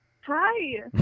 Hi